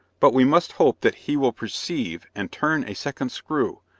but we must hope that he will perceive and turn a second screw,